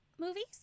movies